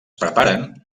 preparen